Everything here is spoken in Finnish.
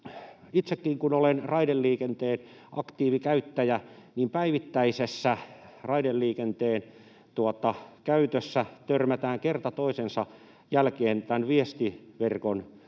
itsekin olen raideliikenteen aktiivikäyttäjä, niin päivittäisessä raideliikenteen käytössä törmätään kerta toisensa jälkeen tämän viestiverkon